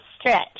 stretch